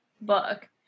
book